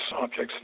objects